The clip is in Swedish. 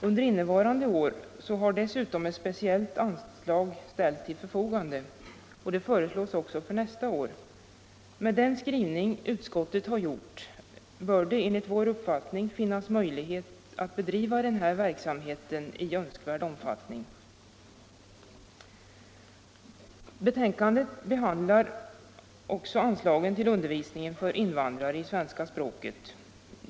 Under innevarande år har dessutom ett speciellt anslag ställts till förfogande, och det föreslås också för nästa år. Med den skrivning utskottet har gjort bör det enligt vår uppfattning finnas möjlighet att bedriva den här verksamheten i önskvärd omfattning. Betänkandet behandlar också anslagen till undervisning för invandrare i svenska språket.